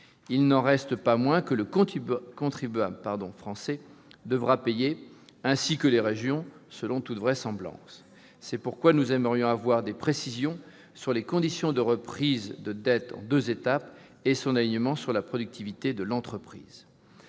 il n'en reste pas moins que le contribuable français devra payer, ainsi que les régions, selon toute vraisemblance. C'est la raison pour laquelle nous aimerions avoir des précisions sur les conditions de la reprise de dette en deux étapes et son « alignement » sur la productivité de l'entreprise.